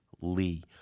Lee